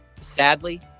Sadly